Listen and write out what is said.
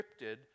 scripted